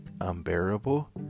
unbearable